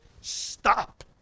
stop